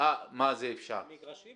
המגרשים